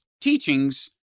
teachings